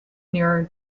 nearer